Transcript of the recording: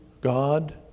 God